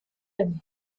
and